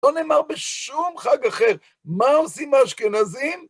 לא נאמר בשום חג אחר, מה עושים האשכנזים?